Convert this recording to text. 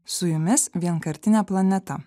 su jumis vienkartinė planeta